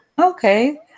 Okay